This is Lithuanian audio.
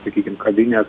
sakykim kavinės